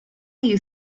you